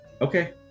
Okay